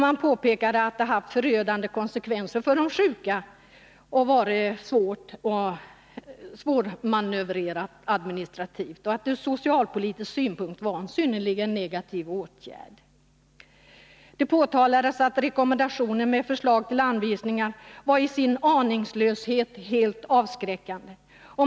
Man påpekade att det hade haft förödande konsekvenser för de sjuka, att det var administrativt svårmanövrerat och ur socialpolitisk synpunkt en synnerligen negativ åtgärd. Det påtalades att rekommendationen med förslag till anvisningar i sin aningslöshet var helt avskräckande.